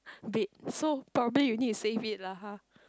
bed so probably you need to save me lah ha